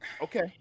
Okay